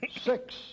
Six